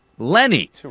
Lenny